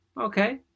Okay